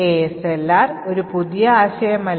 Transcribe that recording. ASLR ഒരു പുതിയ ആശയമല്ല